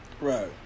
Right